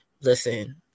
listen